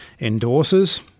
endorses